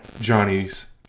Johnny's